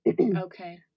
Okay